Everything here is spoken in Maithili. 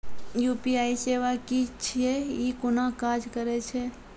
यु.पी.आई सेवा की छियै? ई कूना काज करै छै?